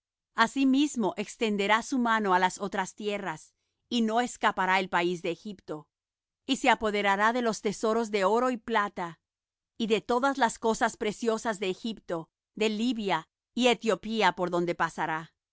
asimismo extenderá su mano á las otras tierras y no escapará el país de egipto y se apoderará de los tesoros de oro y plata y de todas las cosas preciosas de egipto de libia y etiopía por donde pasará